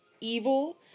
evil